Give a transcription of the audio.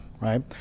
right